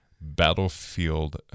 Battlefield